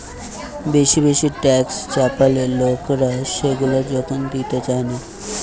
বেশি বেশি ট্যাক্স চাপালে লোকরা সেগুলা যখন দিতে চায়না